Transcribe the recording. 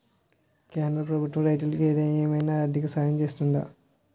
కేంద్ర ప్రభుత్వం రైతులకు ఏమైనా ఆర్థిక సాయం చేస్తుందా?